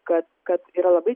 kad kad yra labai